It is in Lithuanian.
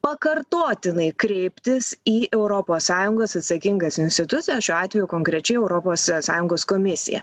pakartotinai kreiptis į europos sąjungos atsakingas institucijas šiuo atveju konkrečiai europos sąjungos komisiją